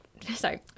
sorry